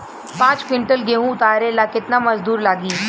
पांच किविंटल गेहूं उतारे ला केतना मजदूर लागी?